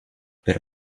per